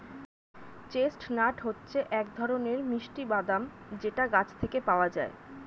chestnut হচ্ছে এক ধরনের মিষ্টি বাদাম যেটা গাছ থেকে পাওয়া যায়